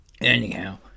anyhow